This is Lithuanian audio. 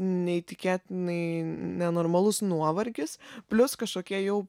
neįtikėtinai nenormalus nuovargis plius kažkokie jau